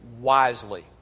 wisely